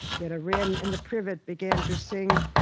then a wren in the privet began to sing.